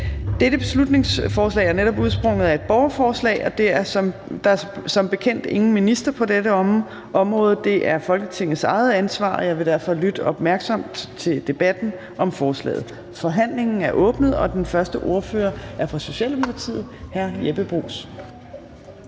Dette beslutningsforslag er netop udsprunget af et borgerforslag, og der er som bekendt ingen minister på dette område. Det er Folketingets eget ansvar, og jeg vil derfor lytte opmærksomt til debatten om forslaget. Forhandlingen er åbnet, og den første ordfører er fra Socialdemokratiet. Hr. Jeppe Bruus.